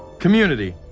community.